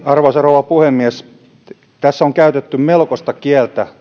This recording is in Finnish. arvoisa rouva puhemies tämän asian yhteydessä on käytetty melkoista kieltä